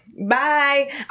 Bye